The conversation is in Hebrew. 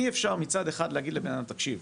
אי אפשר מצד אחד להגיד לבן אדם תקשיב,